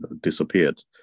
disappeared